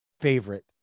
favorite